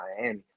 Miami